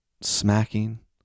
smacking